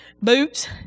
boots